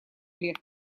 лет